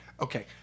Okay